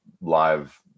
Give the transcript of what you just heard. live